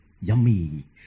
yummy